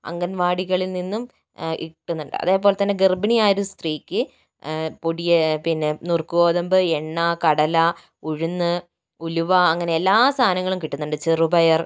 അംഗൻവാടികളിൽ നിന്നും കിട്ടുന്നുണ്ട് അതേപോലെത്തന്നെ ഗർഭിണിയായ ഒരു സ്ത്രീയ്ക്ക് പൊടിയെ പിന്നെ നുറുക്ക് ഗോതമ്പ് എണ്ണ കടല ഉഴുന്ന് ഉലുവ അങ്ങനെ എല്ലാ സാധനങ്ങളും കിട്ടുന്നുണ്ട് ചെറുപയർ